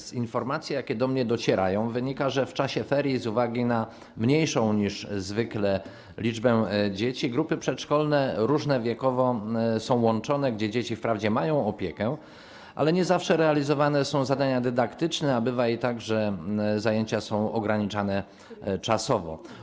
Z informacji, jakie do mnie docierają, wynika, że w czasie ferii z uwagi na mniejszą niż zwykle liczbę dzieci grupy przedszkolne różne wiekowo są łączone i dzieci wprawdzie mają opiekę, ale nie zawsze realizowane są zadania dydaktyczne, a bywa i tak, że zajęcia są ograniczane czasowo.